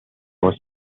was